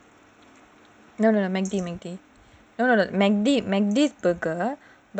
no no no Mac D burger